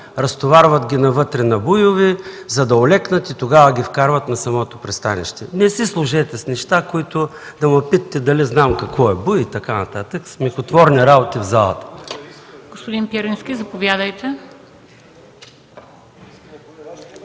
Разтоварват ги навътре на буйове, за да олекнат и тогава ги вкарват на самото пристанище. Не си служете с неща да ме питате дали знам какво е буй и така нататък – смехотворни работи в залата.